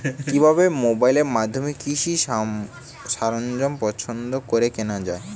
কিভাবে মোবাইলের মাধ্যমে কৃষি সরঞ্জাম পছন্দ করে কেনা হয়?